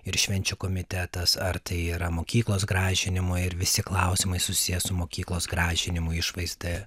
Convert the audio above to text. ir švenčių komitetas ar tai yra mokyklos gražinimo ir visi klausimai susiję su mokyklos gražinimu išvaizda